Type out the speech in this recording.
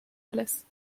alice